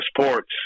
sports